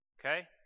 Okay